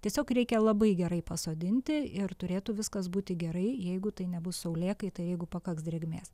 tiesiog reikia labai gerai pasodinti ir turėtų viskas būti gerai jeigu tai nebus saulėkaita jeigu pakaks drėgmės